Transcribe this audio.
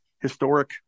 historic